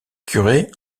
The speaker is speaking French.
curé